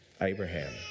Abraham